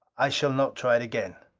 i shall not try it again,